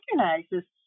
recognizes